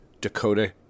Dakota